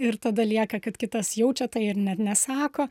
ir tada lieka kad kitas jaučia tai ir net nesako